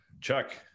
Chuck